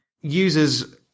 users